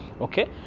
Okay